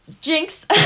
jinx